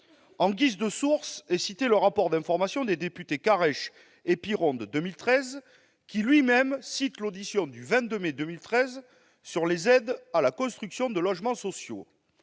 En guise de source est cité le rapport d'information de 2013 des députés Christophe Caresche et Michel Piron, qui lui-même cite l'audition du 22 mai 2013 sur les aides à la construction de logements sociaux.